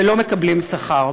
ולא מקבלים שכר.